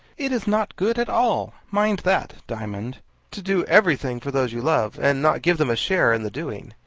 it is not good at all mind that, diamond to do everything for those you love, and not give them a share in the doing.